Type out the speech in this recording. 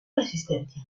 resistencia